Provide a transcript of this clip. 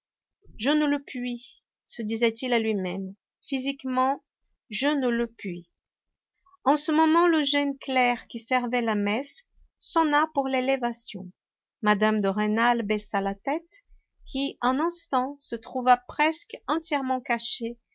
je ne le puis se disait-il à lui-même physiquement je ne le puis en ce moment le jeune clerc qui servait la messe sonna pour l'élévation mme de rênal baissa la tête qui un instant se trouva presque entièrement cachée